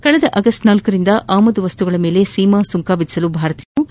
ಕಳೆದ ಆಗಸ್ಟ್ ಳರಿಂದ ಆಮದು ವಸ್ತುಗಳ ಮೇಲೆ ಸೀಮಾ ಸುಂಕ ವಿಧಿಸಲು ಭಾರತ ನಿರ್ಧರಿಸಿತ್ತು